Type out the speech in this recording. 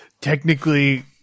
technically